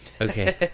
Okay